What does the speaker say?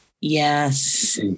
yes